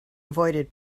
avoided